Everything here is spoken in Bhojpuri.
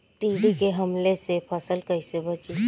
टिड्डी के हमले से फसल कइसे बची?